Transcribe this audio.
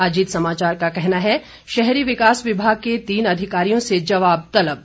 अजीत समाचार का कहना है शहरी विकास विभाग के तीन अधिकारियों से जवाब तलब